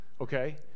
okay